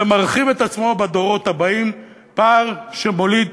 ומרחיב את עצמו בדורות הבאים, פער שמוליד